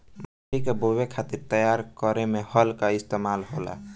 माटी के बोवे खातिर तैयार करे में हल कअ इस्तेमाल होला